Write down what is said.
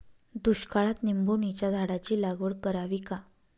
दुष्काळात निंबोणीच्या झाडाची लागवड करावी का?